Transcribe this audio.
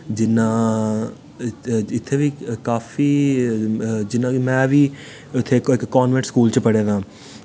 जियां इत्थें बी काफी जियां कि मैं बी इत्थे इक कॉन्बैट स्कूल च पढ़े दां